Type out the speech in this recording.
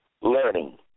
learning